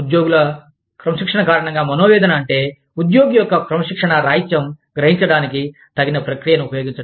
ఉద్యోగుల క్రమశిక్షణ కారణంగా మనోవేదన అంటే ఉద్యోగి యొక్క క్రమశిక్షణ రాహిత్యం గ్రహించడానికి తగిన ప్రక్రియను ఉపయోగించడం